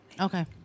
Okay